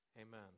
Amen